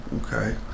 okay